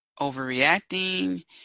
overreacting